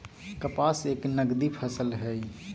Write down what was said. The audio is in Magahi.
कपास एक नगदी फसल हई